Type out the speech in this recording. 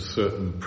certain